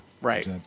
Right